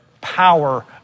power